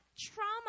trauma